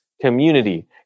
community